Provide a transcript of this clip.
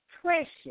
precious